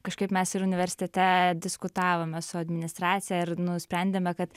kažkaip mes ir universitete diskutavome su administracija ir nusprendėme kad